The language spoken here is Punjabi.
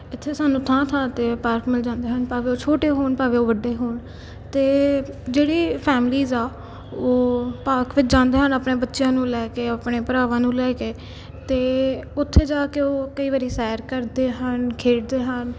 ਜਿੱਥੇ ਸਾਨੂੰ ਥਾਂ ਥਾਂ 'ਤੇ ਪਾਰਕ ਮਿਲ ਜਾਂਦੇ ਹਨ ਭਾਵੇਂ ਛੋਟੇ ਹੋਣ ਭਾਵੇਂ ਉਹ ਵੱਡੇ ਹੋਣ ਅਤੇ ਜਿਹੜੀ ਫੈਮਲੀਜ਼ ਆ ਉਹ ਪਾਰਕ ਵਿੱਚ ਜਾਂਦੇ ਹਨ ਆਪਣੇ ਬੱਚਿਆਂ ਨੂੰ ਲੈ ਕੇ ਆਪਣੇ ਭਰਾਵਾਂ ਨੂੰ ਲੈ ਕੇ ਅਤੇ ਉੱਥੇ ਜਾ ਕੇ ਉਹ ਕਈ ਵਾਰੀ ਸੈਰ ਕਰਦੇ ਹਨ ਖੇਡਦੇ ਹਨ